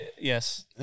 yes